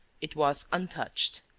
it was untouched.